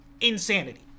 insanity